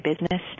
business